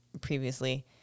previously